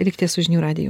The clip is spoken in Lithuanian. likite su žinių radiju